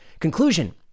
Conclusion